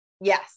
yes